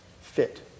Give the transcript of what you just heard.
fit